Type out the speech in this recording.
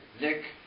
Nick